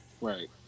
Right